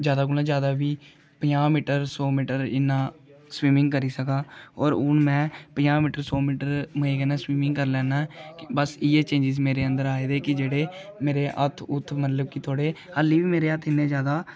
जादा कोला जादा बी पंजाह् मीटर सौ मीटर इ'न्ना स्विमिंग करी सकां होर हून में पंजाह् मीटर सौ मीटर मजे कन्नै स्विमिंग करी लैन्नां ऐ बस इ'यै चेंज्स मेरे अंदर आए दे कि जेह्ड़े मेरे हत्थ हुत्थ मतलब कि थोह्ड़े हाली बी मेरे हत्थ इ'न्ने जादा